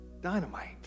dynamite